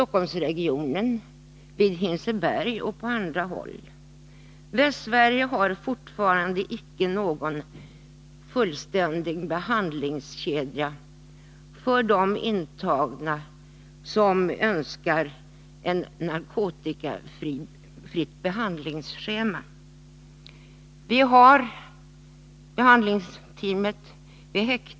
Vid Hinseberg och på en del andra håll har man försökt bedriva verksamhet med en fullständig behandlingskedja för de intagna som verkligen önskar komma ifrån sitt narkotikaberoende. Men vid fängelserna i Västsverige saknas detta helt.